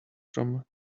from